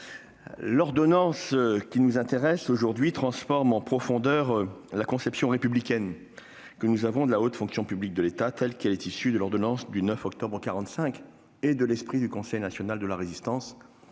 l'ordonnance qui nous intéresse transforme en profondeur la conception républicaine que nous avons de la haute fonction publique de l'État, telle qu'elle est issue de l'ordonnance du 9 octobre 1945 et des travaux du Conseil national de la Résistance.